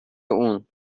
اون